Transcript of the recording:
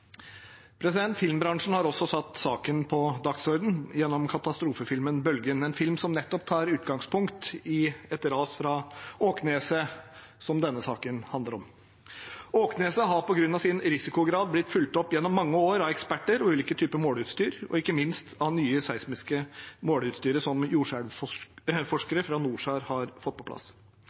Filmbransjen har også satt saken på dagsordenen gjennom katastrofefilmen «Bølgen», en film som nettopp tar utgangspunkt i et ras fra Åkneset, som denne saken handler om. Åkneset har på grunn av sin risikograd blitt fulgt opp gjennom mange år av eksperter og ulike typer måleutstyr, ikke minst av det nye seismiske måleutstyret som jordskjelvforskere fra NORSAR har fått på plass